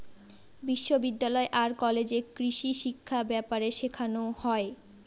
বিশ্ববিদ্যালয় আর কলেজে কৃষিশিক্ষা ব্যাপারে শেখানো হয়